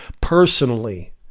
personally